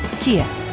Kia